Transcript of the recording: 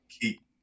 keep